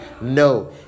No